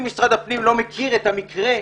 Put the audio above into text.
אם משרד הפנים לא מכיר את המקרה,